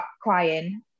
crying